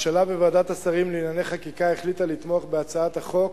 הממשלה וועדת השרים לענייני חקיקה החליטו לתמוך בהצעת החוק,